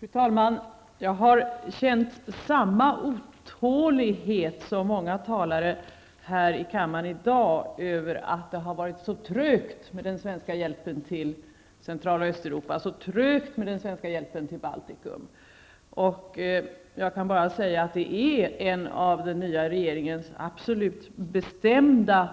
Fru talman! Jag har känt samma otålighet som många talare här i kammaren i dag över att det har varit så trögt med den svenska hjälpen till Centraloch Östeuropa, så trögt med den svenska hjälpen till Baltikum. Och jag kan bara säga att det är en av den nya regeringens absolut bestämda